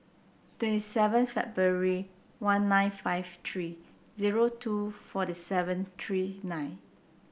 twenty seven February one nine five three two forty seven three nine